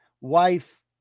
wife